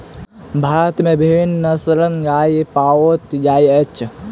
भारत में विभिन्न नस्लक गाय पाओल जाइत अछि